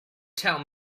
tell